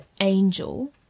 angel